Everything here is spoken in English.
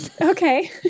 Okay